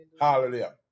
hallelujah